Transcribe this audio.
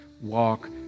walk